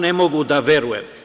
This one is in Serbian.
Ne mogu da verujem.